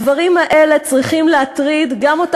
הדברים האלה צריכים להטריד גם אותך,